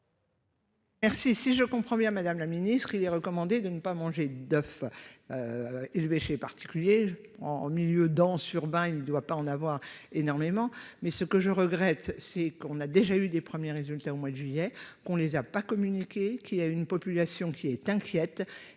Merci, si je comprends bien, madame la ministre, il est recommandé de ne pas manger de boeuf élevé chez particulier en en milieu dense urbain, il ne doit pas en avoir énormément, mais ce que je regrette, c'est qu'on a déjà eu des premiers résultats au mois de juillet, qu'on les a pas communiqué qui a une population qui est inquiète